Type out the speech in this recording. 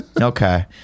Okay